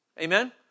Amen